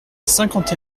cinquante